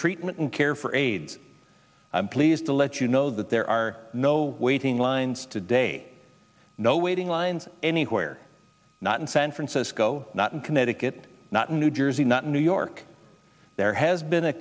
treatment and care for aides i'm pleased to let you know that there are no waiting lines today no waiting lines anywhere not in fan francisco not in connecticut not in new jersey not in new york there has been a